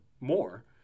more